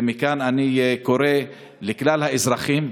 ומכאן אני קורא לכלל האזרחים,